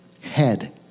head